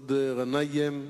מסעוד גנאים.